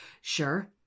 Sure